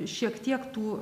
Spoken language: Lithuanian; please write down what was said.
šiek tiek tų